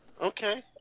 Okay